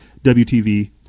WTV